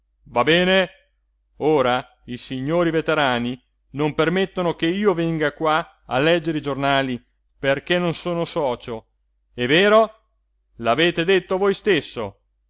va bene ora i signori veterani non permettono che io venga qua a leggere i giornali perché non sono socio è vero l'avete detto voi stesso